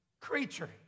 creature